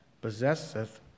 possesseth